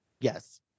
yes